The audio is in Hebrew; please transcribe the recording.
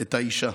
את האישה.